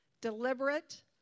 deliberate